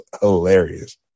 hilarious